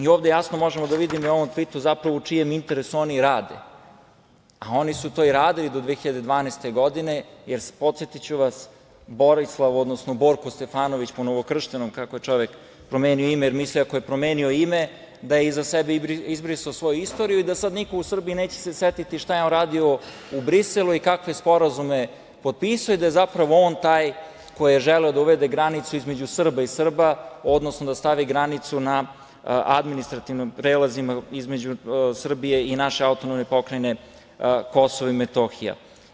Ovde jasno možemo da vidimo i u ovom tvitu zapravo u čijem interesu oni rade, a oni su to i radili do 2012. godine, jer podsetiću vas, Borislav, odnosno Borko Stefanović po novokrštenom, kako je čovek promenio ime, jer misli ako je promenio ime da je iza sebe izbrisao svoju istoriju i da sad niko u Srbiji neće se setiti šta je on radio u Briselu i kakve sporazume je potpisao i da je zapravo on taj koji je želeo da uvede granicu između Srba i Srba, odnosno da stavi granicu na administrativnim prelazima između Srbije i naše AP Kosovo i Metohija.